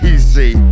Easy